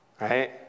Right